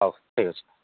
ହଉ ଠିକ୍ ଅଛି